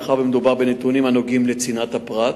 מאחר שמדובר בנתונים הנוגעים לצנעת הפרט.